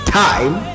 time